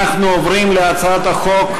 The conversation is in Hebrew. אנחנו עוברים להצעת החוק,